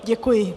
Děkuji.